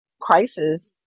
crisis